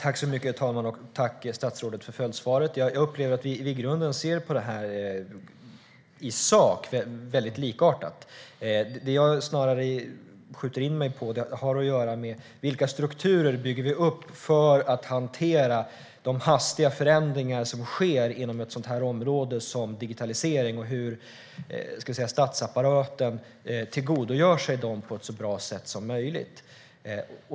Herr talman! Tack, statsrådet, för följdsvaret! Jag upplever att vi i sak i grunden ser på detta väldigt likartat. Det jag snarare skjuter in mig på är: Vilka strukturer bygger vi upp för att hantera de hastiga förändringar som sker inom ett sådant område som digitalisering, och hur tillgodogör sig statsapparaten dem på ett så bra sätt som möjligt?